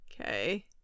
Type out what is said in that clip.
Okay